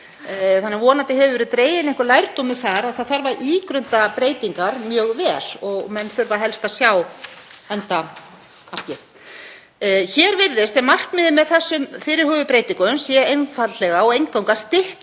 konur og vonandi hefur verið dreginn sá lærdómur af því að það þarf að ígrunda breytingar mjög vel og menn þurfa helst að sjá endamarkið. Hér virðist sem markmiðið með þessum fyrirhuguðu breytingum sé einfaldlega og eingöngu að